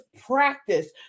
practice